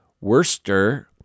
Worcester